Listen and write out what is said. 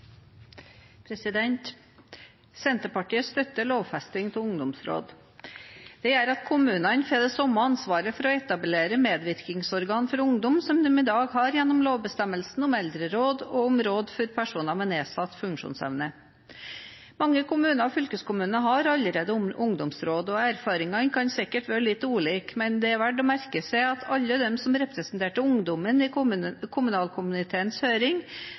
samme ansvaret for å etablere medvirkningsorgan for ungdom som de i dag har gjennom lovbestemmelsene om eldreråd og råd for personer med nedsatt funksjonsevne. Mange kommuner og fylkeskommuner har allerede ungdomsråd. Erfaringene kan sikkert være litt ulike, men det er verdt å merke seg at alle de som representerte ungdommen i kommunalkomiteens høring,